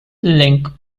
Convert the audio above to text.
link